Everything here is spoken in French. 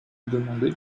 demandé